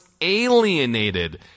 alienated